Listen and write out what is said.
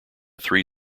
three